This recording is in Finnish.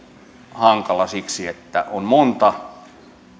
hankala siksi että on monta